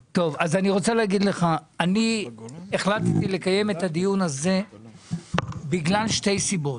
רוצה להגיד לך שהחלטתי לקיים את הדיון הזה בגלל שתי סיבות.